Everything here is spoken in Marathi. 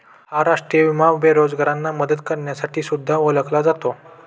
हा राष्ट्रीय विमा बेरोजगारांना मदत करण्यासाठी सुद्धा ओळखला जातो